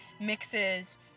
mixes